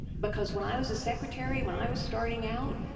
because when i was a secretary, when i was starting out,